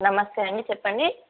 నమస్తే అండి చెప్పండి